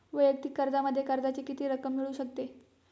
वैयक्तिक कर्जामध्ये कर्जाची किती रक्कम मिळू शकते?